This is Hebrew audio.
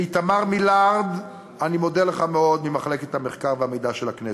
לאיתמר מילרד ממחלקת המחקר והמידע של הכנסת,